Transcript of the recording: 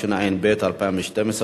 התשע"ב 2012,